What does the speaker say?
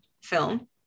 film